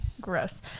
Gross